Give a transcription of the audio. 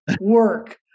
work